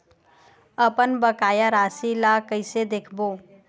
अपन बकाया राशि ला कइसे देखबो?